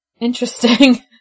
interesting